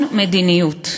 הביטחון,